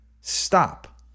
stop